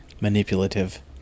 Manipulative